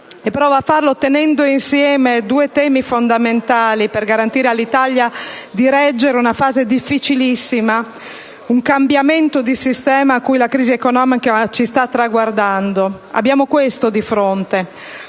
date, tenendo insieme due temi fondamentali per garantire all'Italia di reggere una fase difficilissima, un cambiamento di sistema a cui la crisi economica ci sta traguardando. Abbiamo questo di fronte: